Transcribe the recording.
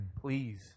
Please